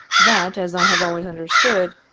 that, as i have always understood,